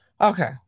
okay